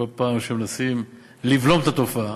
בכל פעם שמנסים לבלום את התופעה